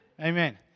Amen